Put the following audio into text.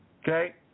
Okay